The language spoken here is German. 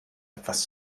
etwas